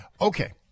Okay